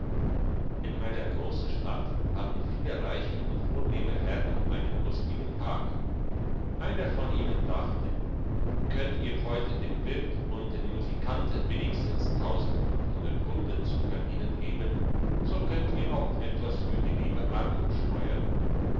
in einer grossen stadt hatten viele reiche und vornehme herren einen lustigen tag einer von ihnen dachte könnt ihr heute dem wirt und den musikanten wenigstens gulden zu verdienen geben so könnt ihr auch etwas für die liebe armut steuern